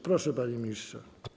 Proszę, panie ministrze.